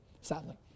sadly